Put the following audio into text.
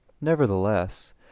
Nevertheless